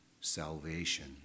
salvation